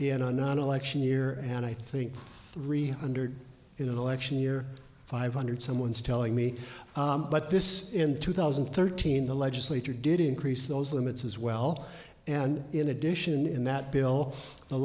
in a non election year and i think three hundred in an election year five hundred someone's telling me but this in two thousand and thirteen the legislature did increase those limits as well and in addition in that bill the